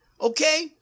Okay